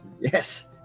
Yes